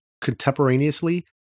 contemporaneously